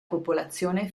popolazione